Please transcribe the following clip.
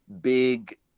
big